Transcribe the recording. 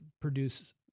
produce